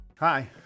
Hi